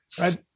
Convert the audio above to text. right